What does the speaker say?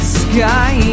sky